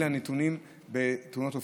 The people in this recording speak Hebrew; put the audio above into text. אלה הנתונים על תאונות אופנוע.